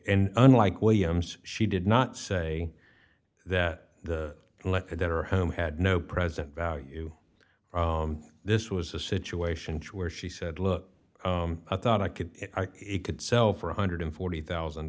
and unlike williams she did not say that the letter that her home had no present value from this was a situation where she said look i thought i could it could sell for one hundred and forty thousand